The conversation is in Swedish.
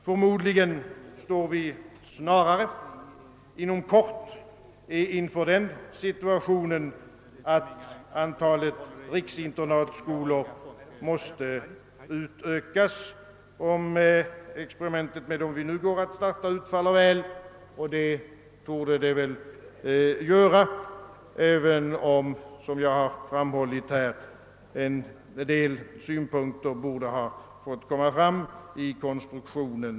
Förmodligen står vi snarare inom kort inför den situationen att antalet riksinternatskolor måste utökas. Jag förutsätter då att experimentet med dem vi nu går att besluta om utfaller väl, och det torde det göra, även om — som jag har framhållit här — en del synpunkter borde ha beaktats vid konstruktionen.